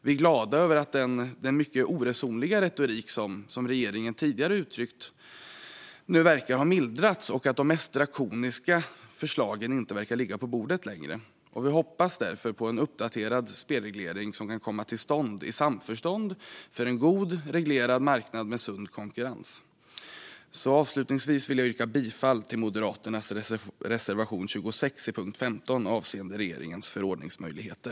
Vi är glada över att den mycket oresonliga retorik som regeringen tidigare har uttryckt nu verkar ha mildrats och att de mest drakoniska förslagen inte verkar ligga på bordet längre. Vi hoppas därför att en uppdaterad spelreglering kan komma till stånd i samförstånd för en god reglerad marknad med sund konkurrens. Avslutningsvis vill jag yrka bifall till Moderaternas reservation 26 under punkt 15 avseende regeringens förordningsmöjligheter.